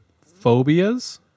phobias